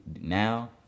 now